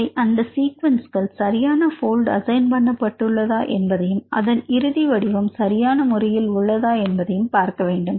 அதை அந்த சீக்வென்ஸ்கள் சரியான போல்ட் அசைன் பண்ண பட்டுள்ளதா என்பதையும் அதன் இறுதி வடிவம் சரியான முறையில் உள்ளதா என்பதையும் பார்க்க வேண்டும்